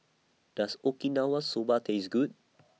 Does Okinawa Soba Taste Good